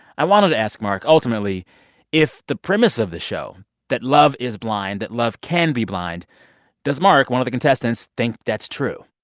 i wanted to ask mark ultimately if the premise of the show that love is blind, that love can be blind does mark, one of the contestants, think that's true?